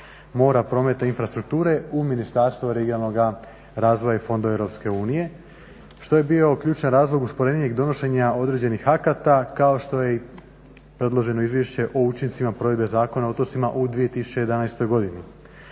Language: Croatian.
mora, prometa i infrastrukture u Ministarstvo regionalnoga razvoja i fondova EU što je bio ključan razvoj usporenijeg donošenja određenih akata kao što je i predloženo izvješće o učincima provedbe Zakona o otocima u 2011.godini.